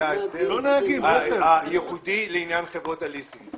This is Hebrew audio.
זה ייעודי לעניין חברות הליסינג.